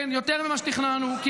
כן, יותר ממה שתכננו, כי